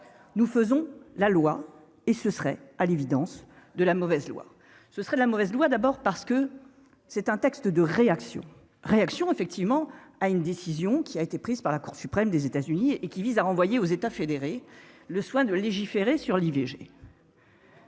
nous faisons la loi et ce serait à l'évidence de la mauvaise loi, ce serait la mauvaise loi, d'abord parce que c'est un texte de réactions réactions effectivement à une décision qui a été prise par la Cour suprême des États-Unis et qui vise à renvoyer aux États fédérés le soin de légiférer sur l'IVG.